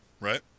right